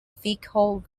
vehicle